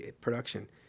production